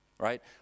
right